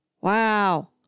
Wow